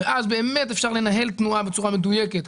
ואז באמת אפשר לנהל תנועה בצורה מדויקת,